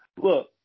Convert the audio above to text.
Look